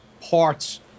parts